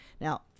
Now